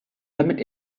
damit